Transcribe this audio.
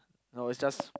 no it's just